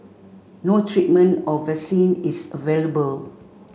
no treatment or vaccine is available